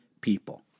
people